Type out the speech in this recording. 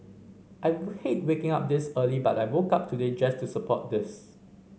I hate waking up this early but I woke up today just to support this